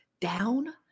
down